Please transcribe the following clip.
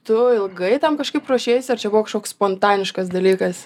tu ilgai tam kažkaip ruošeisi ar čia buvo kažkoks spontaniškas dalykas